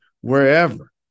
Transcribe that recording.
wherever